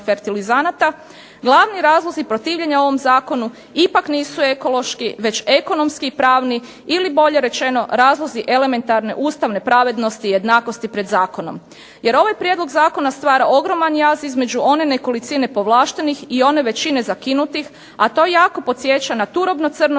fertilizanata. Glavni razlozi protivljenja ovom zakonu ipak nisu ekološki već ekonomski i pravni ili bolje rečeno razlozi elementarne ustavne pravednosti i jednakosti pred zakonom, jer ovaj prijedlog zakona stvara ogroman jaz između one nekolicine povlaštenih i one većine zakinutih, a to jako podsjeća na turobno crno